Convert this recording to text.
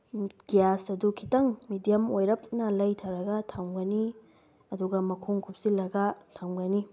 gas ꯑꯗꯨ ꯈꯤꯇꯪ medium ꯑꯣꯏꯔꯞꯅ ꯂꯩꯊꯔꯒ ꯊꯝꯒꯅꯤ ꯑꯗꯨꯒ ꯃꯈꯨꯝ ꯀꯨꯞꯁꯤꯜꯂꯒ ꯊꯝꯒꯅꯤ